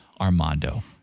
Armando